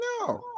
No